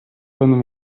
pewnym